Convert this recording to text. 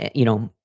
you know,